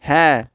হ্যাঁ